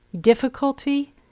difficulty